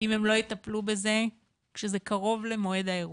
אם הם לא יטפלו בזה כשזה קרוב למועד האירוע.